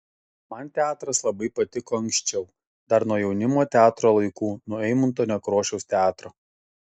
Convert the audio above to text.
man teatras labai patiko anksčiau dar nuo jaunimo teatro laikų nuo eimunto nekrošiaus teatro